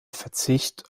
verzicht